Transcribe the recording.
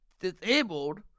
Disabled